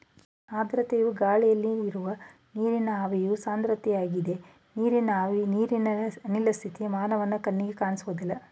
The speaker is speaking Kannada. ಆರ್ದ್ರತೆಯು ಗಾಳಿಲಿ ಇರೋ ನೀರಿನ ಆವಿಯ ಸಾಂದ್ರತೆಯಾಗಿದೆ ನೀರಿನ ಆವಿ ನೀರಿನ ಅನಿಲ ಸ್ಥಿತಿ ಮಾನವನ ಕಣ್ಣಿಗೆ ಕಾಣ್ಸೋದಿಲ್ಲ